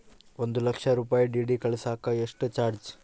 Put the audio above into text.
ಒಂದು ಲಕ್ಷ ರೂಪಾಯಿ ಡಿ.ಡಿ ಕಳಸಾಕ ಎಷ್ಟು ಚಾರ್ಜ್?